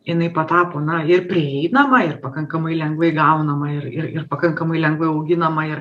jinai patapo na ir prieinama ir pakankamai lengvai gaunama ir ir ir pakankamai lengvai auginama ir